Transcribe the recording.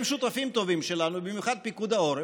הם שותפים טובים שלנו, במיוחד פיקוד העורף.